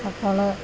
അപ്പോള്